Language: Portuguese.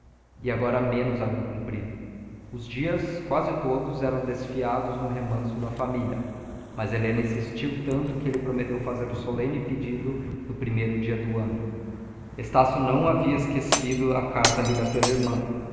agora menos ao rio comprido os dias quase todos eram desfiados no remanso da família mas helena insistiu tanto que ele prometeu fazer o solene pedido no primeiro dia do ano estácio não havia esquecido a carta lida pela irmã